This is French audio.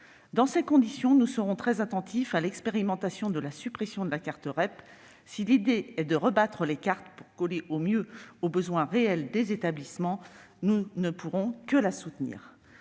Dans ces conditions, nous serons très attentifs à l'expérimentation de la suppression de la carte REP. Si l'idée est de rebattre les cartes pour coller au mieux aux besoins réels des établissements, nous ne pourrons que la soutenir.